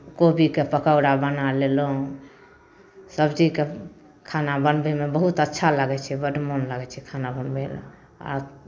कोबीके पकौड़ा बना लेलहुँ सभ चीजके खाना बनबैमे बहुत अच्छा लागै छै बड मोन लागै छै खाना बनबैमे आ